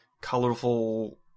colorful